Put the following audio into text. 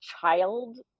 child